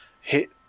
hit